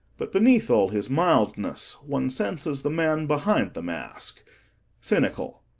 but beneath all his mildness one senses the man behind the mask cynical,